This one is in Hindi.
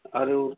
अरे वो